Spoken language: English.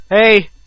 Hey